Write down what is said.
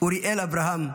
אוריאל אברהם,